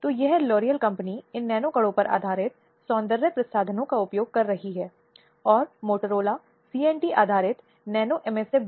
अब महिलाओं के खिलाफ हिंसा की समस्या से निपटने के लिए महिलाओं के लिए राष्ट्रीय आयोग ने एक बहुरंगी रणनीति अपनाई